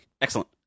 Excellent